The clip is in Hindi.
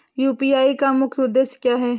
यू.पी.आई का मुख्य उद्देश्य क्या है?